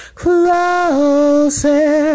closer